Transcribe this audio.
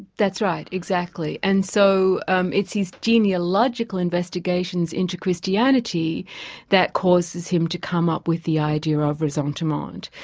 that's right, exactly. and so and it's his genealogical investigations into christianity that causes him to come up with the idea of resentiment.